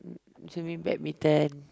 swimming badminton